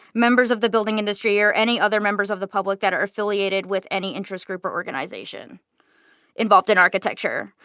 members of the building industry or any other members of the public that are affiliated with any interest group or organization involved in architecture.